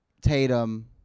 Tatum